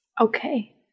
Okay